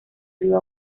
río